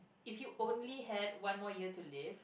if you only had one more year to live